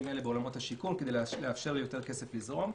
האלה בעולמות השיכון כדי לאפשר ליותר כסף לזרום.